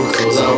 Cause